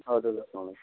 اَدٕ حظ اسلام علیکُم